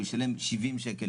הוא ישלם 70 שקל,